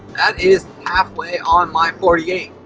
that is halfway on my forty eight.